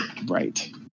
right